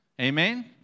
Amen